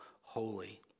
holy